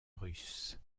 russe